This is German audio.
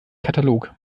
katalog